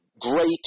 great